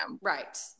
Right